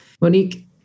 Monique